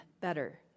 better